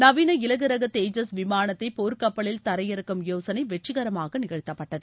நவீன இலகுரகதேஐஸ் விமானத்தைபோர்கப்பலில் தரையிரக்கும் சோதனைவெற்றிகரமாகநிகழ்த்தப்பட்டது